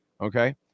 Okay